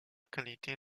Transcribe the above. qualité